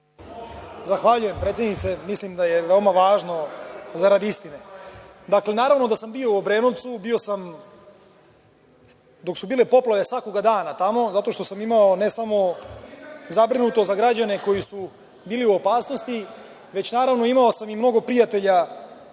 Zahvaljujem, predsednice. Mislim da je veoma važno, zarad istine. Dakle, naravno da sam bio u Obrenovcu. Bio sam svakoga dana tamo dok su bile poplave, jer sam imao, ne samo zabrinutost za građane koji su bili u opasnosti, već naravno imao sam i mnogo prijatelja